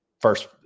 first